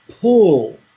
pull